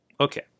okay